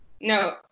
No